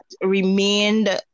remained